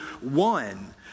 one